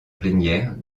plénière